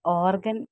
organ